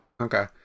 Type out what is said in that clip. Okay